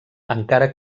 encara